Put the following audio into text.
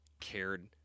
cared